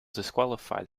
disqualified